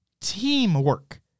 Teamwork